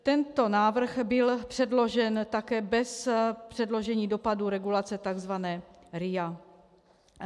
Tento návrh byl předložen také bez předložení dopadu regulace, tzv. RIA.